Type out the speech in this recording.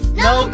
no